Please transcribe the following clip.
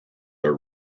are